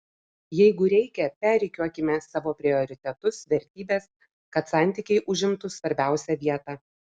jeigu reikia perrikiuokime savo prioritetus vertybes kad santykiai užimtų svarbiausią vietą